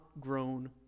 grown